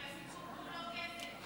אבל הסיפור פה הוא לא כסף,